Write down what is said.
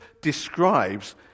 describes